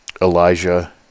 elijah